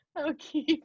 Okay